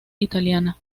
italiana